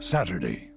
Saturday